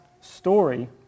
story